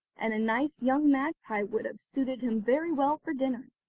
and a nice young magpie would have suited him very well for dinner.